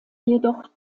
jedoch